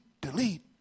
delete